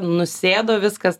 nusėdo viskas